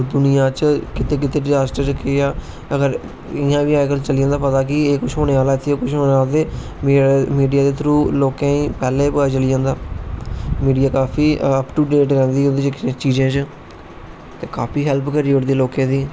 दुनिया च कित्थे कित्थे डिजास्टर च अगर इयां बी अजकल चली जंदा पता कि कुछ होने आहला इत्थे मिडिया दे थरु लोके गी पहले गै पता चली जंदा मिडिया काफी अपटू डेट रैंह्दी इनें चिजे च ते काफी हेल्प करी ओड़दी लोकें दी